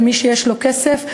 למי שיש לו כסף,